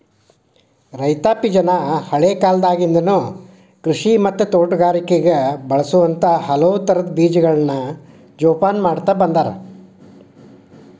ರೈತಾಪಿಜನ ಹಳೇಕಾಲದಾಗಿಂದನು ಕೃಷಿ ಮತ್ತ ತೋಟಗಾರಿಕೆಗ ಬಳಸುವಂತ ಹಲವುತರದ ಬೇಜಗಳನ್ನ ಜೊಪಾನ ಮಾಡ್ತಾ ಬಂದಾರ